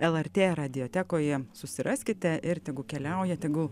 lrt radiotekoje susiraskite ir tegu keliauja tegul